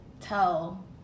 tell